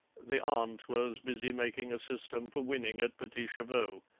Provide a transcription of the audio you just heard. the aunt was busy making a system for winning at petits chevaux.